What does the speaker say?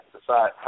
decide